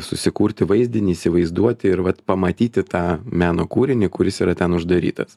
susikurti vaizdinį įsivaizduoti ir vat pamatyti tą meno kūrinį kuris yra ten uždarytas